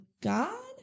God